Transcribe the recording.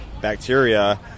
bacteria